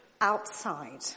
outside